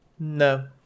No